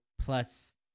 Plus